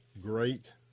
great